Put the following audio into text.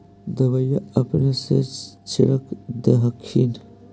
दबइया अपने से छीरक दे हखिन?